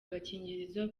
agakingirizo